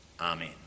Amen